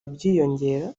byiyongera